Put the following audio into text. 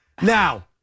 Now